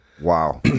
Wow